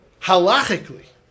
halachically